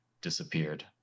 disappeared